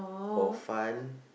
hor-fun